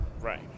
Right